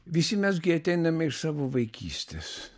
visi mes gi ateiname iš savo vaikystės